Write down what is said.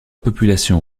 population